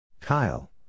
Kyle